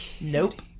nope